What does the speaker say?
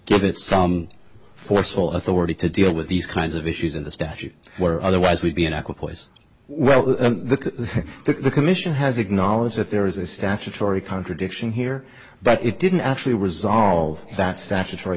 give it some forceful authority to deal with these kinds of issues in the statute or otherwise would be an awkward place well the commission has acknowledged that there is a statutory contradiction here but it didn't actually resolve that statutory